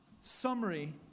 summary